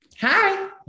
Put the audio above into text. Hi